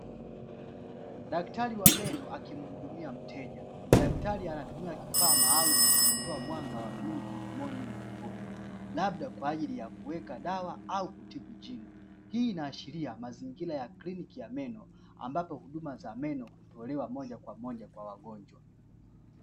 Daktari wa meno akimhudumia mteja. Daktari anatumia kifaa maalumu cha kutoa mwanga wa bluu mdomoni mwa mgonjwa, labda kwa ajili ya kuweka dawa au kutibu jino. Hii inaashiria mazingira ya kliniki ya meno ambapo huduma za meno hutolewa moja kwa moja kwa wagonjwa.